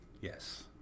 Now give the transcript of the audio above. yes